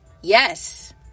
Yes